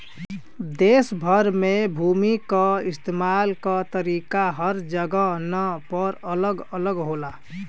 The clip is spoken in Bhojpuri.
देस भर में भूमि क इस्तेमाल क तरीका हर जगहन पर अलग अलग होला